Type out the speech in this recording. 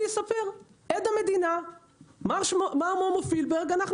אני אספר: עד המדינה מר שלמה פילבר אנחנו